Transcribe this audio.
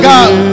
God